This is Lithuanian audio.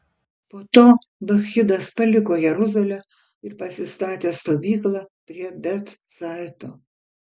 po to bakchidas paliko jeruzalę ir pasistatė stovyklą prie bet zaito